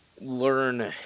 learn